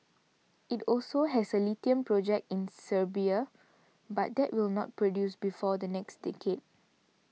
it also has a lithium project in Serbia but that will not produce before the next decade